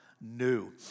new